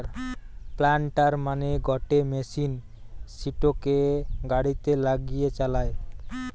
planter মানে গটে machine সিটোকে গাড়িতে লাগিয়ে চালায়